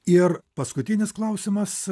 ir paskutinis klausimas